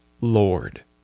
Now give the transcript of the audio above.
Lord